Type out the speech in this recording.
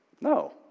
no